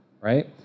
right